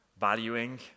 valuing